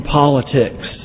politics